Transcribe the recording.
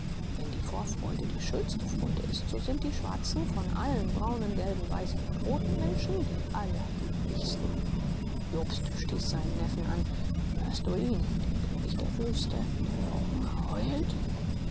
wenn die vorfreude die schönste freude ist so sind die schwarzen von allen braunen gelben weißen und roten menschen die allerglücklichsten jobst stieß seinen neffen an hörst du ihn den könig der wüste der vor hunger heult